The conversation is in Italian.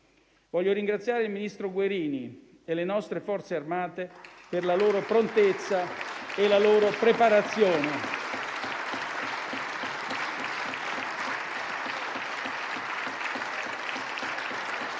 Voglio ringraziare il ministro Guerini e le nostre Forze armate per la loro prontezza e preparazione.